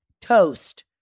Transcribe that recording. Toast